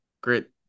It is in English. great